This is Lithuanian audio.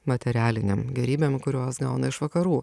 materialinėm gėrybėm kurios gauna iš vakarų